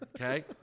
okay